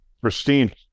pristine